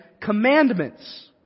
Commandments